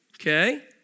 Okay